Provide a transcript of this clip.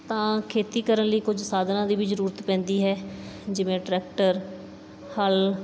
ਤਾਂ ਖੇਤੀ ਕਰਨ ਲਈ ਕੁਝ ਸਾਧਨਾਂ ਦੀ ਵੀ ਜ਼ਰੂਰਤ ਪੈਂਦੀ ਹੈ ਜਿਵੇਂ ਟਰੈਕਟਰ ਹੱਲ